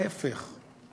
ההפך.